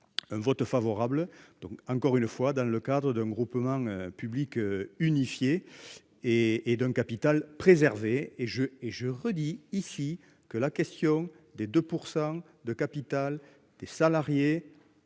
Un vote favorable. Donc encore une fois dans le cadre d'un groupement public. Unifiées. Et et d'un capital préserver et je et je redis ici que la question des 2% de capital des salariés